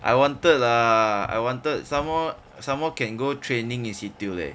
I wanted lah I wanted some more some more can go training institute leh